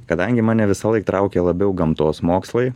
kadangi mane visąlaik traukė labiau gamtos mokslai